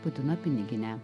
putino pinigine